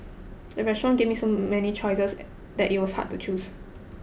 the restaurant gave me so many choices that it was hard to choose